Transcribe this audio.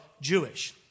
Jewish